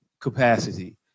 capacity